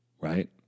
right